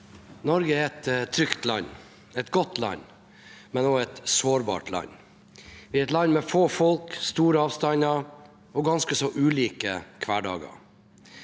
Norge er et trygt og godt land å bo i, men også et sårbart land. Vi er et land med få folk og store avstander – med ganske så ulike hverdager.